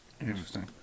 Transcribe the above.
Interesting